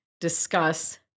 discuss